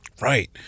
right